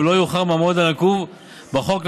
ולא יאוחר מהמועד הנקוב בחוק,